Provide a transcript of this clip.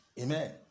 Amen